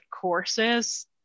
courses